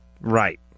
Right